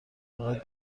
فقط